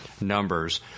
numbers